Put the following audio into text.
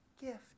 gift